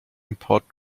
import